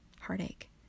heartache